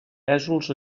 pésols